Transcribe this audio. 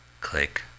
Click